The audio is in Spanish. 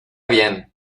bien